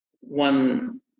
one